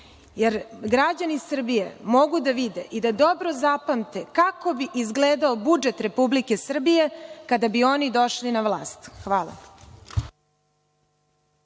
jer građani Srbije mogu da vide i dobro zapamte kako bi izgledao budžet Republike Srbije kada bi oni došli na vlast. Hvala.